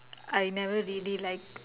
I never really like